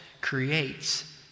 creates